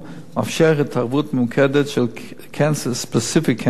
מאפשר התערבות ממוקדת של specific cancer,